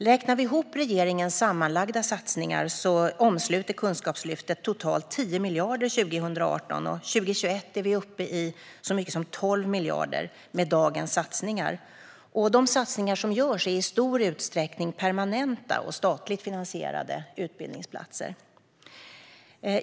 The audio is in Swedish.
Räknar vi ihop regeringens sammanlagda satsningar omsluter Kunskapslyftet totalt 10 miljarder 2018, och med dagens satsningar är vi 2021 uppe i så mycket som 12 miljarder. De satsningar som görs är i stor utsträckning permanenta och statligt finansierade utbildningsplatser.